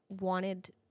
wanted